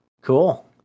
Cool